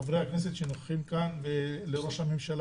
לחברי הכנסת שנוכחים כאן ולראש הממשלה.